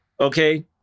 okay